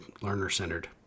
learner-centered